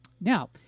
Now